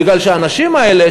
בגלל שהאנשים האלה,